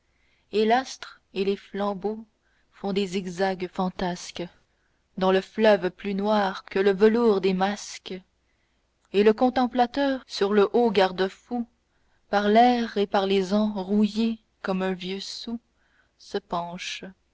et l'astre et les flambeaux font des zigzags fantasques dans le fleuve plus noir que le velours des masques et le contemplateur sur le haut garde-fou par l'air et par les ans rouillé comme un vieux sou se penche